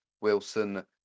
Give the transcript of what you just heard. Wilson